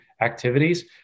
activities